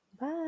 Bye